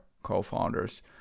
Co-founders